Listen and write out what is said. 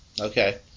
Okay